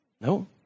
No